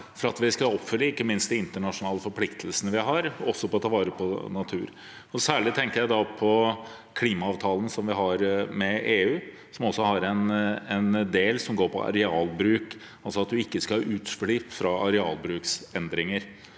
for at vi skal oppfylle ikke minst de internasjonale forpliktelsene vi har, også med tanke på å ta vare på natur. Særlig tenker jeg da på klimaavtalen som vi har med EU, som også har en del som går på arealbruk, altså at man ikke skal ha utslipp fra arealbruksendringer.